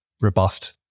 robust